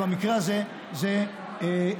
ובמקרה הזה, זה אפשרי.